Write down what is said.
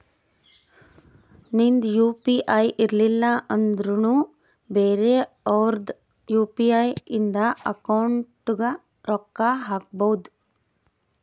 ನಿಂದ್ U P I ಇರ್ಲಿಲ್ಲ ಅಂದುರ್ನು ಬೇರೆ ಅವ್ರದ್ ಯು.ಪಿ.ಐ ಇಂದ ಅಕೌಂಟ್ಗ್ ರೊಕ್ಕಾ ಹಾಕ್ಬೋದು